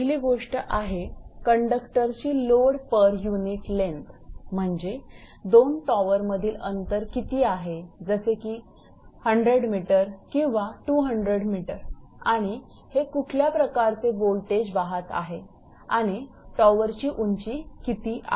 पहिली गोष्ट आहे कंडक्टरची लोड पर युनिट लेन्थ म्हणजे दोन टॉवर मधील अंतर किती आहे जसे की 100 𝑚 किंवा 200 𝑚 आणि हे कुठल्या प्रकारचे वोल्टेज वाहत आहे आणि टॉवरची उंची किती आहे